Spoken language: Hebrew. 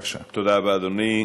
תודה רבה, אדוני.